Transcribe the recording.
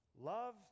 Love